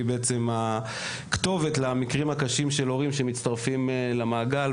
והיא הכתובת למקרים הקשים של הורים שמצטרפים למעגל.